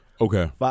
Okay